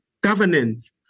governance